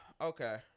Okay